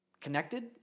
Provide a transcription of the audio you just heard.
connected